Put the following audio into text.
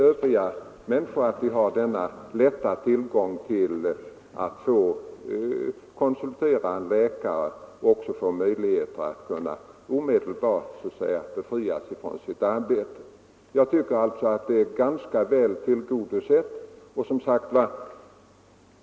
Övriga människor har inte denna möjlighet att lätt konsultera en läkare och omedelbart befrias från sitt arbete. Jag tycker alltså att behoven är ganska väl tillgodosedda.